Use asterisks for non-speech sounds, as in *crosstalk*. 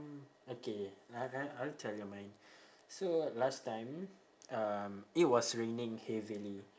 *noise* okay I'll I'll I will tell you mine so last time um it was raining heavily